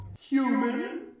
Human